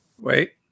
Wait